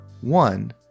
One